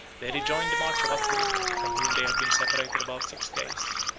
they rejoined the march of attila, from whom they had been separated about six days,